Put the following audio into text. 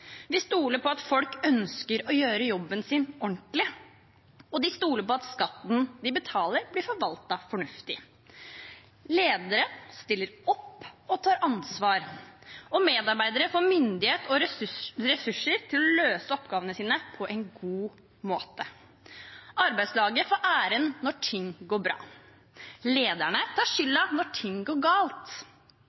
Vi stoler på at folk ønsker å gjøre jobben sin ordentlig, og vi stoler på at skatten vi betaler, blir forvaltet fornuftig. Ledere stiller opp og tar ansvar, og medarbeidere får myndighet og ressurser til å løse oppgavene sine på en god måte. Arbeidslaget får æren når ting går bra. Lederne tar skylden når ting går galt.